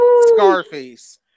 Scarface